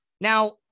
Now